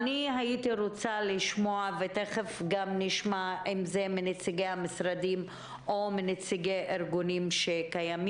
הייתי רוצה לשמוע את נציגי המשרדים ואת נציגי הארגונים השונים.